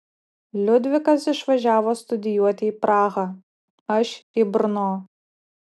liudvikas išvažiavo studijuoti į prahą aš į brno